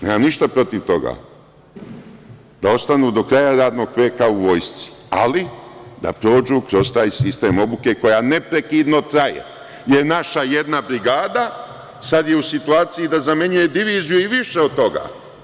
Nemam ništa protiv toga da ostanu do kraja radnog veka u vojsci, ali da prođu kroz taj sistem obuke koja neprekidno traje, jer naša jedna brigada sada je u situaciji da zamenjuje diviziju i više od toga.